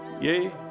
Yay